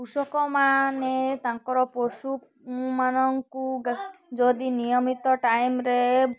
କୃଷକ ମାନେ ତାଙ୍କର ପଶୁମାନଙ୍କୁ ଯଦି ନିୟମିତ ଟାଇମ୍ରେ